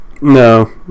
No